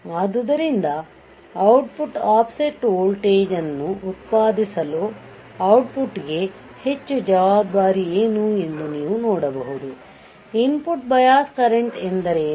ಆದ್ದರಿಂದ output offset voltage ಅನ್ನು ಉತ್ಪಾದಿಸಲು ಔಟ್ಪುಟ್ಗೆ ಹೆಚ್ಚು ಜವಾಬ್ದಾರಿ ಏನು ಎಂದು ನೀವು ನೋಡಬಹುದು ಇನ್ಪುಟ್ ಬಯಾಸ್ ಕರೆಂಟ್ ಎಂದರೇನು